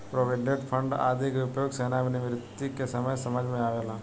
provident fund आदि के उपयोग सेवानिवृत्ति के समय समझ में आवेला